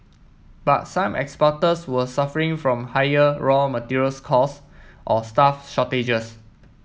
but some exporters were suffering from higher raw materials cost or staff shortages